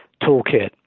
toolkit